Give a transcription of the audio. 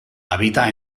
habita